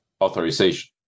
authorization